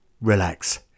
relax